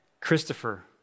Christopher